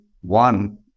one